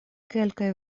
kelkaj